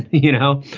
you know,